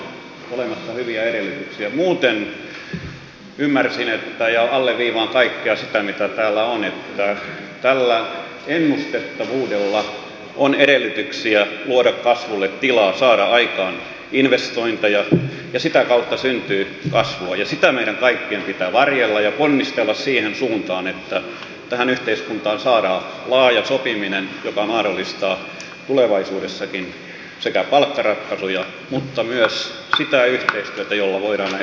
muuten ymmärsin ja alleviivaan kaikkea sitä mitä täällä on että tällä ennustettavuudella on edellytyksiä luoda kasvulle tilaa saada aikaan investointeja ja sitä kautta syntyy kasvua ja sitä meidän kaikkien pitää varjella ja ponnistella siihen suuntaan että tähän yhteiskuntaan saadaan laaja sopiminen joka mahdollistaa tulevaisuudessakin sekä palkkaratkaisuja mutta myös sitä yhteistyötä jolla voidaan näitä rakenteellisia uudistuksia tehdä